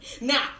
Now